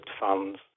Funds